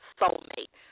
soulmate